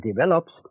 develops